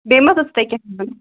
بیٚیہِ ما حظ اوس تۄہہِ کیٛاہ نِیُن